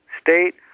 state